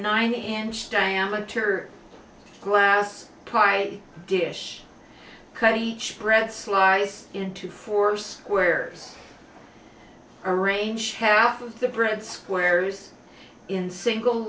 nine inch diameter glass pie dish cut each bread slice into force where arrange half of the bread squares in single